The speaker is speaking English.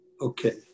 Okay